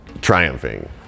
triumphing